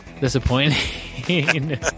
disappointing